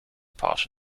part